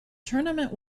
tournament